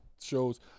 shows